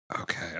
Okay